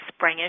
springish